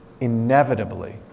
Inevitably